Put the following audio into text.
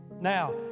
Now